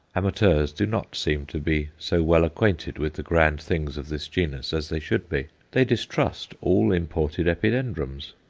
amateurs do not seem to be so well acquainted with the grand things of this genus as they should be. they distrust all imported epidendrums.